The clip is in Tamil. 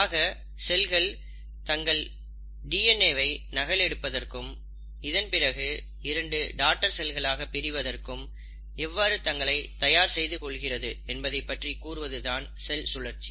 ஆக செல்கள் தங்கள் டிஎன்ஏ வை நகல் எடுப்பதற்கும் இதன் பிறகு இரண்டு டாடர் செல்களாக பிரிவதற்கு எவ்வாறு தங்களை தயார் செய்து கொள்கிறது என்பதை பற்றி கூறுவது தான் செல் சுழற்சி